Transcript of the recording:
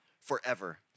forever